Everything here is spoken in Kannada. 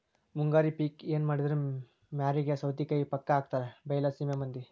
ಮುಂಗಾರಿ ಪಿಕ್ ಎನಮಾಡಿದ್ರು ಮ್ಯಾರಿಗೆ ಸೌತಿಕಾಯಿ ಪಕ್ಕಾ ಹಾಕತಾರ ಬೈಲಸೇಮಿ ಮಂದಿ